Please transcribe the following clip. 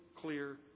clear